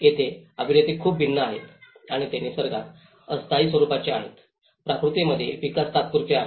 येथे अभिनेते खूप भिन्न आहेत आणि ते निसर्गात अस्थायी स्वरुपाचे आहेत प्रकृतीमध्ये विकास तात्पुरते आहे